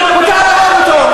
מותר להרוג אותו.